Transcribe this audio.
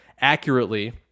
accurately